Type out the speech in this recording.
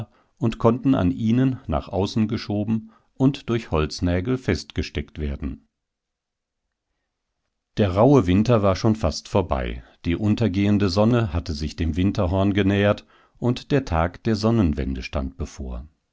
und konnten an ihnen nach außen geschoben und durch holznägel festgesteckt werden der rauhe winter war schon fast vorbei die untergehende sonne hatte sich dem winterhorn genähert und der tag der sonnwende stand bevor